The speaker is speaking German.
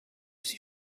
sie